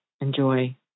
enjoy